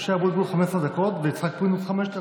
משה אבוטבול 15 דקות, ויצחק פינדרוס, חמש דקות.